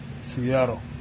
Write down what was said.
seattle